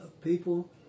people